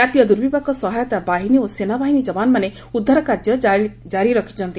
ଜାତୀୟ ଦୁର୍ବିପାକ ସହାୟତା ବାହିନୀ ଓ ସେନାବାହିନୀ ଯବାନମାନେ ଉଦ୍ଧାର କାର୍ଯ୍ୟ ଚଳାଇଛନ୍ତି